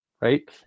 right